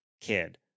kid